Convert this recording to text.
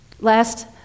Last